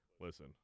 listen